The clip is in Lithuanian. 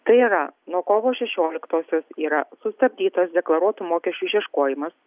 tai yra nuo kovo šešioliktosios yra sustabdytas deklaruotų mokesčių išieškojimas